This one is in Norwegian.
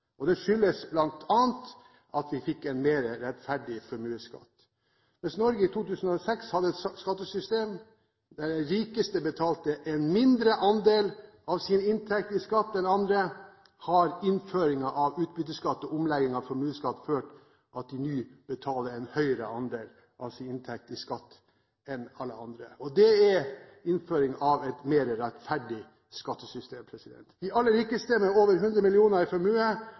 Sverige. Det skyldtes bl.a. at vi fikk en mer rettferdig formuesskatt. Mens Norge før 2006 hadde et skattesystem der de rikeste betalte en mindre andel av sin inntekt i skatt enn andre, har innføringen av utbytteskatt og omlegging av formuesskatt ført til at de nå betaler en høyere andel av sin inntekt i skatt enn alle andre. Det er innføring av et mer rettferdig skattesystem! De aller rikeste – de med over 100 mill. kr i